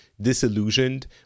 disillusioned